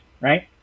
right